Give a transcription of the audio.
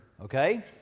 okay